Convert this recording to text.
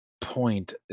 point